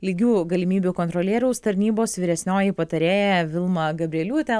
lygių galimybių kontrolieriaus tarnybos vyresnioji patarėja vilma gabrieliūtė